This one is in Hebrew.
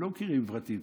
הם לא מכירים פרטים.